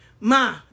Ma